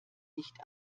nicht